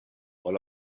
all